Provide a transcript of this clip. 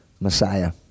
Messiah